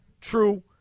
true